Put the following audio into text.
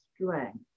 strength